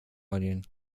ording